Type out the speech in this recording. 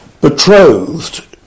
betrothed